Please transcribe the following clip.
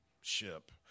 ship